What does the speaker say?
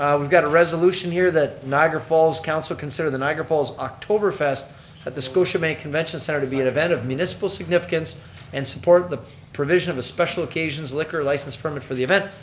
we've got a resolution here that niagara falls council consider the niagara falls oktoberfest at the scotiabank convention center be an event of municipal significance and support the provision of a special occasion's liquor license permit for the event.